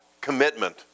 commitment